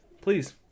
Please